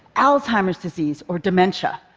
alzheimer's disease or dementia.